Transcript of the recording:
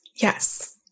Yes